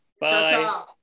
Bye